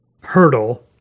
hurdle